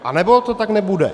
Anebo to tak nebude.